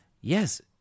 Yes